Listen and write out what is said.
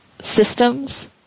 systems